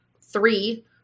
three